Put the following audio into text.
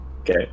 Okay